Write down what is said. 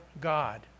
God